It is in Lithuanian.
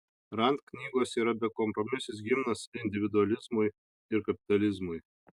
rand knygos yra bekompromisis himnas individualizmui ir kapitalizmui